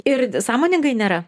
ir sąmoningai nėra